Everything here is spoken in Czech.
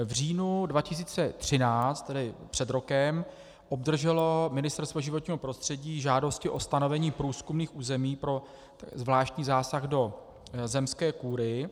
V říjnu 2013, tedy před rokem, obdrželo Ministerstvo životního prostředí žádosti o stanovení průzkumných území pro zvláštní zásah do zemské kůry.